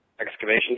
Excavation